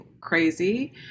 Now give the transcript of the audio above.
crazy